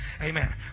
Amen